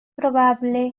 probable